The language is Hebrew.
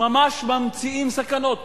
ממש ממציאים סכנות.